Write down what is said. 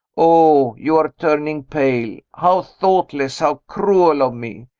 oh! you are turning pale! how thoughtless, how cruel of me!